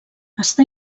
està